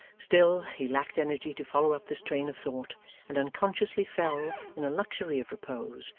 still, he lacked energy to follow up this train of thought and unconsciously fell, in a luxury of repose,